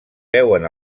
veuen